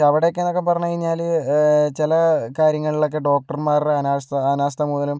പക്ഷേ അവിടെയൊക്കെയെന്ന് ഒക്കെ പറഞ്ഞു കഴിഞ്ഞാൽ ചില കാര്യങ്ങളിലൊക്കെ ഡോക്ടർമാരുടെ അനാസ്ഥ അനാസ്ഥ മൂലം